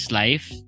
life